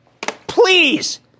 please